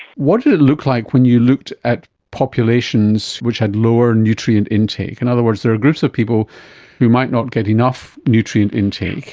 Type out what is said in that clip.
what did it look like when you looked at populations which had lower nutrient intake? in and other words, there are groups of people who might not get enough nutrient intake,